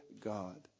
God